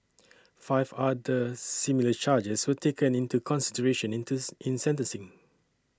five other similar charges were taken into consideration in in sentencing